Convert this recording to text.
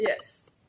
Yes